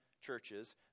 churches